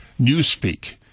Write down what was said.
Newspeak